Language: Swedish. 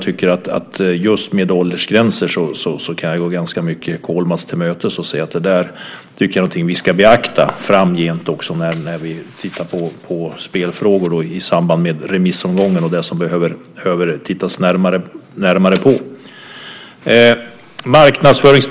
När det gäller åldersgränser kan jag gå Kollmats ganska mycket till mötes. Jag tycker att det är något som vi ska beakta framgent när vi tittar på spelfrågor och det som behöver tittas närmare på i samband med remissomgången.